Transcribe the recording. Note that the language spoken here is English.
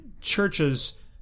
churches